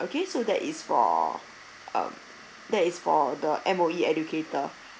okay so that is for uh that is for the M_O_E educator